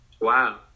Wow